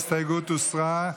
ההסתייגות הוסרה.